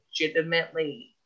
legitimately